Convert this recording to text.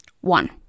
One